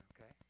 okay